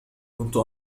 كنت